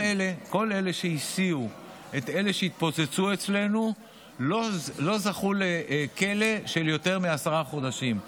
כל אלה שהסיעו את אלה שהתפוצצו אצלנו לא זכו לכלא ליותר מעשרה חודשים,